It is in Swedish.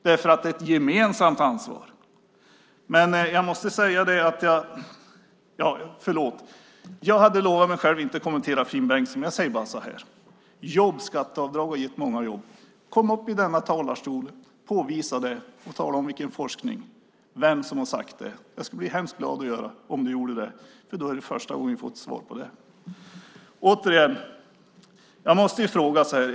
Det är ett gemensamt ansvar. Jag hade lovat mig själv att inte kommentera Finn Bengtsson och att jobbskatteavdraget har gett många jobb. Kom upp i denna talarstol, påvisa det och tala om vilken forskning det handlar om, vem som har sagt det! Jag skulle bli hemskt glad om du gjorde det. Då är det första gången vi får ett svar på det.